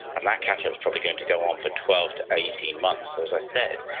and that catch-up is probably going to go on for twelve to eighteen months. so, as i said,